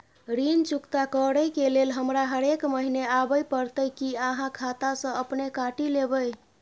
ऋण चुकता करै के लेल हमरा हरेक महीने आबै परतै कि आहाँ खाता स अपने काटि लेबै?